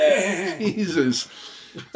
Jesus